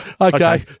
Okay